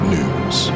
News